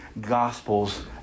gospels